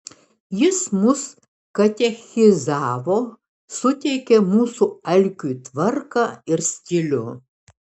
jis mus katechizavo suteikė mūsų alkiui tvarką ir stilių